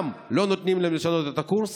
גם לא נותנים להם לשנות את הקורסים,